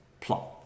plot